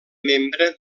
membre